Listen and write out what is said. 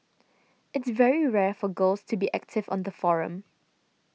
it's very rare for girls to be active on the forum